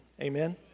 Amen